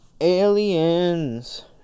Aliens